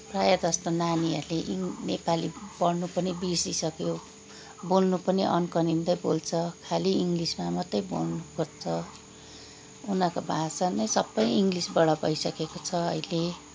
प्राय जस्ता नानीहरूले इङ नेपाली पढ्नु पनि बिर्सिसक्यो बोल्नु पनि अनकनिँदै बोल्छ खालि इङि्गलिसमा मात्रै बोल्नु खोज्छ उनीहरूको भाषा नै सबै इङ्ग्लिसबाट भइसकेको छ अहिले